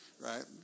Right